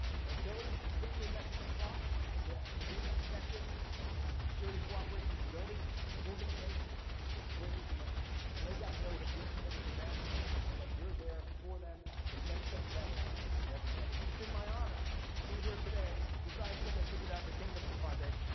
the ability to get your message across and to to be an effective security cooperation building organization is greatly diminished. and they gotta know that you're committed to them and that you're there for them to make them better everyday. it's been my honor to be here today besides getting a ticket out of the kingdom for five days,